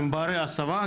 ברי הסבה,